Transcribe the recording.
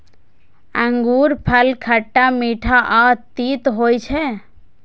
अंगूरफल खट्टा, मीठ आ तीत होइ छै